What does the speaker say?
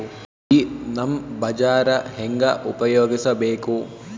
ಈ ನಮ್ ಬಜಾರ ಹೆಂಗ ಉಪಯೋಗಿಸಬೇಕು?